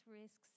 risks